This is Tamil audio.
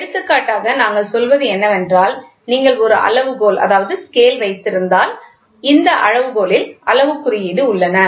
எடுத்துக்காட்டாக நாங்கள் சொல்வது என்னவென்றால் நீங்கள் ஒரு அளவுகோல் ஸ்கேல் வைத்திருந்தால் இந்த அளவுகோலில் அளவுக் குறியீடு உள்ளன